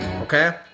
okay